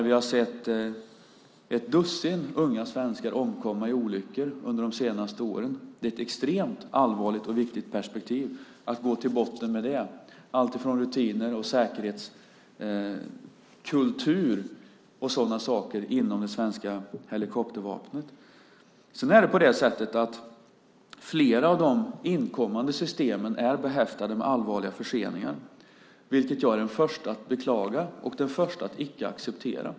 Vi har sett ett dussin unga svenskar omkomma i olyckor under de senaste åren. Det är ett extremt allvarligt och viktigt perspektiv att gå till botten med det, alltifrån rutiner till säkerhetskultur inom det svenska helikoptervapnet. Flera av de inkommande systemen är behäftade med allvarliga förseningar, vilket jag är den första att beklaga och den första att icke acceptera.